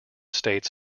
states